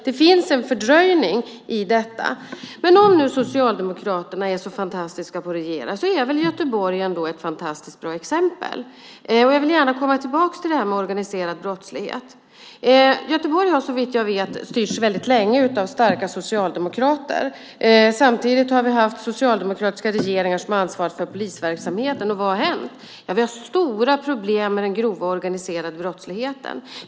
Det finns en fördröjning i detta. Om nu Socialdemokraterna är så fantastiska på att regera så är väl Göteborg ett utmärkt exempel. Göteborg har såvitt jag vet styrts väldigt länge av starka socialdemokrater. Samtidigt har vi haft socialdemokratiska regeringar som haft ansvaret för polisverksamheten. Vad har hänt? Ja, vi har stora problem med den grova organiserade brottsligheten.